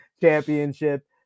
championship